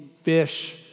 fish